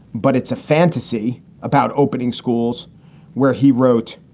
but it's a fantasy about opening schools where he wrote,